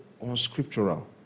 unscriptural